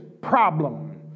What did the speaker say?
problem